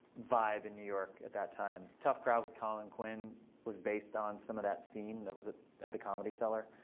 vibe in new york at that time. tough crowd with colin quinn was based on some of that scene that was ah at the comedy cellar.